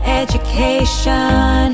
education